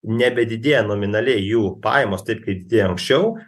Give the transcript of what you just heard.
nebedidėja nominaliai jų pajamos taip kaip anksčiau